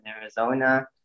Arizona